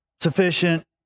sufficient